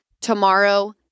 Tomorrow